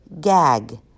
gag